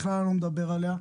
בכלל אני לא מדבר עליה,